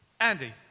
Andy